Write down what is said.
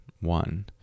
One